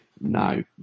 No